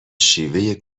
شیوه